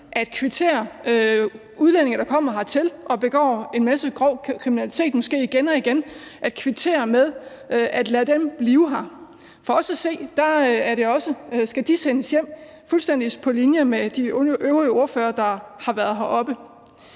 at belønne udlændinge, der kommer hertil og begår en masse kriminalitet, måske igen og igen, med at lade dem blive her. For os at se skal de sendes hjem, og der er vi fuldstændig på linje med de øvrige ordførere, der har været heroppe.